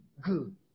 good